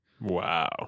Wow